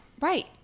Right